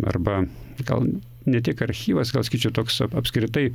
arba gal ne tiek archyvas gal sakyčiau toks ap apskritai